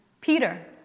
Peter